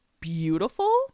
beautiful